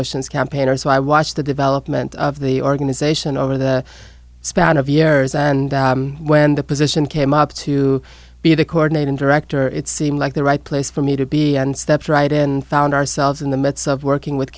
oceans campaigner so i watched the development of the organization over the span of years and when the position came up to be the coordinating director it seemed like the right place for me to be and stepped right in found ourselves in the midst of working with